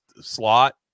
slot